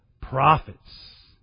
prophets